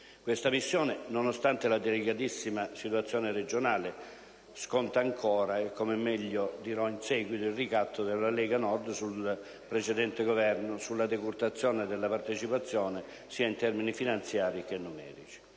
Questa missione, nonostante la delicatissima situazione regionale, sconta ancora, e come meglio dirò in seguito, il ricatto della Lega Nord sul precedente Governo con la decurtazione della partecipazione sia in termini finanziari, che numerici.